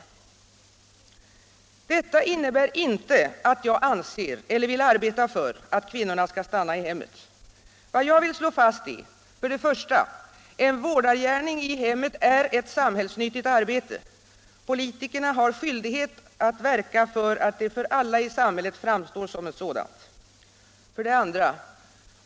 Detta innebär inte att jag anser eller vill arbeta för att kvinnorna skall stanna i hemmet. Vad jag vill slå fast är: 1. En vårdargärning i hemmet är ett samhällsnyttigt arbete. Politikerna har skyldighet att verka för att det för alla i samhället framstår som ett sådant. 2.